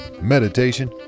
Meditation